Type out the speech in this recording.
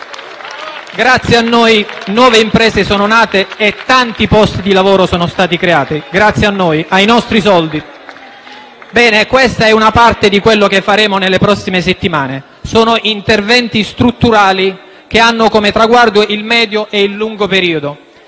Grazie a noi nuove imprese sono nate e tanti posti di lavoro sono stati creati. Grazie a noi e ai nostri soldi. Questa è una parte di ciò che faremo nelle prossime settimane. Sono interventi strutturali che hanno come traguardo il medio e il lungo periodo,